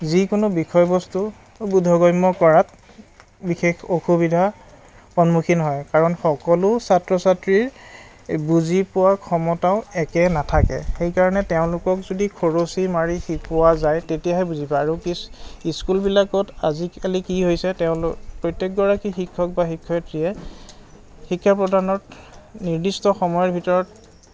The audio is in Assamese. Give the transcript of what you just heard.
যিকোনো বিষয়বস্তু বুদ্ধগম্য কৰাত বিশেষ অসুবিধা সন্মুখীন হয় কাৰণ সকলো ছাত্ৰ ছাত্ৰীৰ বুজি পোৱা ক্ষমতাও একে নাথাকে সেইকাৰণে তেওঁলোকক যদি খৰচী মাৰি শিকোৱা যায় তেতিয়াহে বুজি পায় আৰু কি স্কুলবিলাকত আজিকালি কি হৈছে তেওঁলো প্ৰত্যেকগৰাকী শিক্ষক বা শিক্ষয়িত্ৰীয়ে শিক্ষা প্ৰদানত নিৰ্দিষ্ট সময়ৰ ভিতৰত